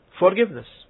forgiveness